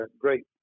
great